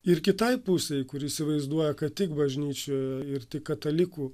ir kitai pusei kuri įsivaizduoja kad tik bažnyčia ir tik katalikų